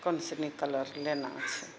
कोनसुनी colour लेना छै